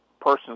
person